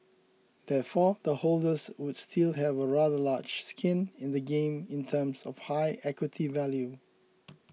therefore the holders should still have a rather large skin in the game in terms of a high equity value